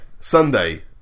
Sunday